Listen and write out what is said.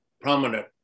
prominent